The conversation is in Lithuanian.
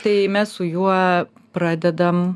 tai mes su juo pradedam